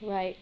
right